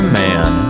man